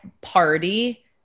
party